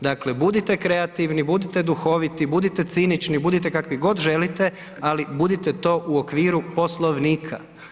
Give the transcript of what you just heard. Dakle, budite kreativni, budite duhoviti, budite cinični, budite kakvi god želite ali budite to u okviru Poslovnika.